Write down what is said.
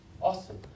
Awesome